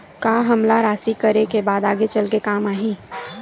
का हमला राशि करे के बाद आगे चल के काम आही?